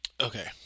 Okay